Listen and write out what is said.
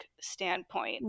standpoint